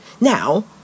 Now